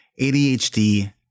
ADHD